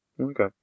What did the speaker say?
Okay